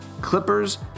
clippers